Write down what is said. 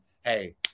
Hey